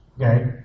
Okay